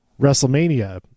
WrestleMania